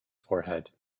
forehead